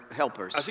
helpers